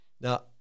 Now